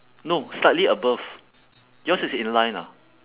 no slightly above yours is in line ah